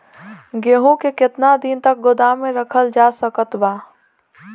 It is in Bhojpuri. गेहूँ के केतना दिन तक गोदाम मे रखल जा सकत बा?